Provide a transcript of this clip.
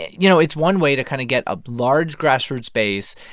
you know, it's one way to kind of get a large grassroots base,